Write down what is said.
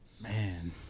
Man